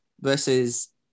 versus